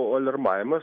o aliarmavimas